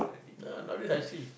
ya nowadays i see